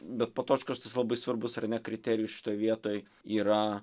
bet potočkos tas labai svarbus ar ne kriterijus šitoj vietoj yra